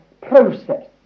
process